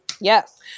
Yes